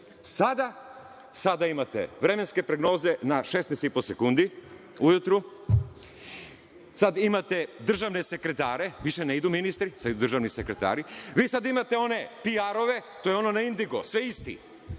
Sada imate vremenske prognoze na 16,5 sekundi ujutru, sada imate državne sekretare, više ne idu ministri, sada idu državni sekretari. Vi sada imate one piarove, to je ono na indigo, sve isti,